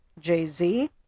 Jay-Z